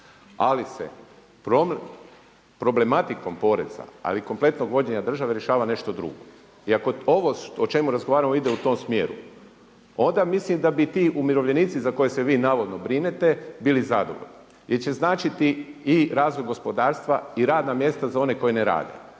Ali se problematikom poreza, ali i kompletnog vođenja države rješava nešto drugo. I ako ovo o čemu razgovaramo ide u tom smjeru, onda mislim da bi ti umirovljenici za koje se vi navodno brinete bili zadovoljni, jer će značiti i razvoj gospodarstva i radna mjesta za one koji ne rade.